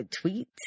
tweet